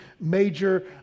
major